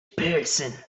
person